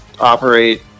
operate